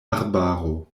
arbaro